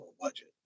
budget